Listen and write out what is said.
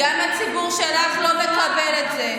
גם הציבור שלך לא מקבל את זה.